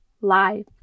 lie